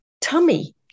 tummy